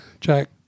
Jack